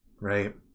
Right